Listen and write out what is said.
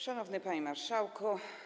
Szanowny Panie Marszałku!